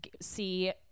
see